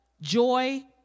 joy